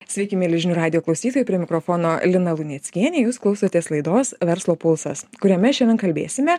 sveiki mieli žinių radijo klausytojai prie mikrofono lina luneckienė jūs klausotės laidos verslo pulsas kuriame šiandien kalbėsime